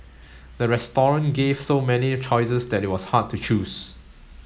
the restaurant gave so many choices that it was hard to choose